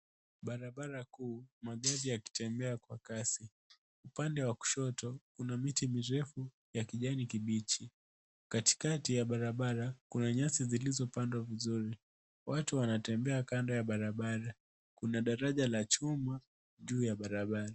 Barabara kuu, magari yakitembea kwa kasi. Upande wa kushoto, kuna miti mirefu ya kijani kibichi. Katikati ya barabara, kuna nyasi zilizopandwa vizuri. Watu wanatembea kando ya barabara. Kuna daraja la chuma juu ya barabara.